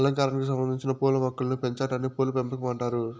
అలంకారానికి సంబందించిన పూల మొక్కలను పెంచాటాన్ని పూల పెంపకం అంటారు